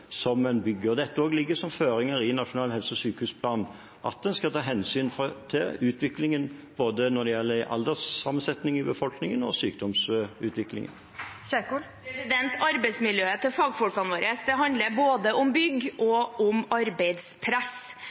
ligger også som føringer i Nasjonal helse- og sykehusplan at en skal ta hensyn til utviklingen når det gjelder både alderssammensetning i befolkningen og sykdomsutviklingen. Ingvild Kjerkol – til oppfølgingsspørsmål. Arbeidsmiljøet til fagfolkene våre handler både om bygg og om arbeidspress.